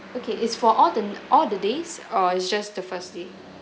okay is for all the all the days or it's just the first day